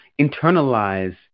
internalize